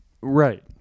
Right